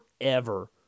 forever